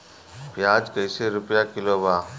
प्याज कइसे रुपया किलो बा?